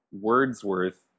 Wordsworth